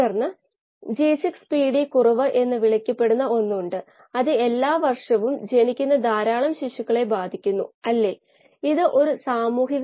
dynamic പ്രതികരണ രീതി വഴി ബയോറിയാക്റ്ററിന്റെ kLa